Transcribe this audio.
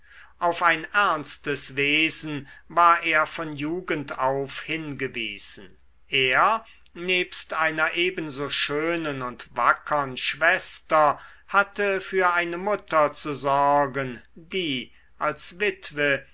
auf ein ernstes wesen war er von jugend auf hingewiesen er nebst einer ebenso schönen und wackern schwester hatte für eine mutter zu sorgen die als witwe